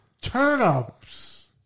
turnips